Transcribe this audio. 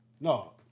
No